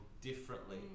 differently